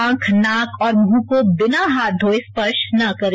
आंख नाक और मुंह को बिना हाथ धोये स्पर्श न करें